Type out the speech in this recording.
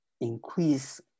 increase